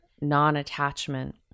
non-attachment